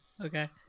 Okay